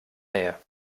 nähe